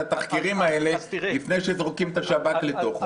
התחקירים האלה לפני שזורקים את השב"כ פנימה.